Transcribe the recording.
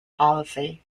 policy